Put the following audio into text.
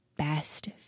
best